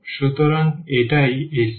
সুতরাং এটিই এই circle